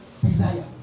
desire